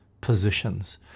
positions